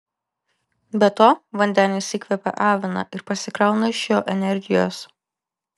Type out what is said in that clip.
be to vandenis įkvepią aviną ir pasikrauna iš jo energijos